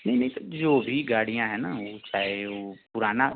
नहीं नहीं तो जो भी गाड़ियाँ हैं ना वो चाहे वो पुराना